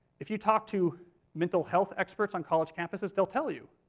if you talk to mental health experts on college campuses, they'll tell you